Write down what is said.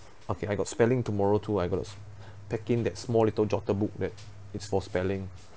okay I got spelling tomorrow too I got to pack in that small little jotted book that is for spelling